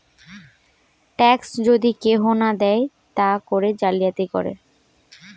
tax যদি কেহু না দেয় তা করে জালিয়াতি করে